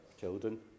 children